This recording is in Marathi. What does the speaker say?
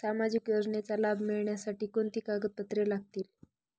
सामाजिक योजनेचा लाभ मिळण्यासाठी कोणती कागदपत्रे लागतील?